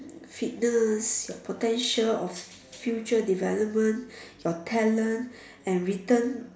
fitness your potential of future development your talent and written